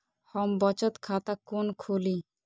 हम बचत खाता कोन खोली?